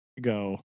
go